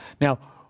Now